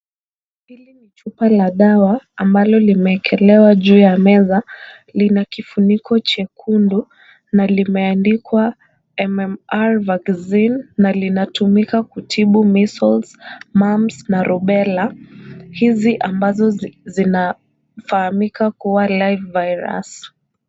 Hili ni chupa la dawa ambalo limeekelewa juu ya meza. Lina kifuniko chekundu na limeandikwa MMR vaccine na linatumika kutibu measles, mumps na rubela hizi ambazo zinafahamika kuwa live virus .